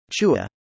Chua